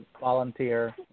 volunteer